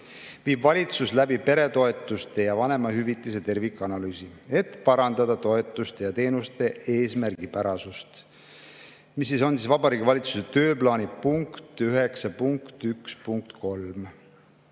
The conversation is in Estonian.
viib valitsus läbi peretoetuste ja vanemahüvitise tervikanalüüsi, et parandada toetuste ja teenuste eesmärgipärasust, mis on Vabariigi Valitsuse tööplaani punkt 9.1.3.